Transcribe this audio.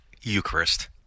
Eucharist